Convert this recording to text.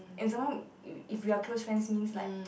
and some more if if we are close friends means like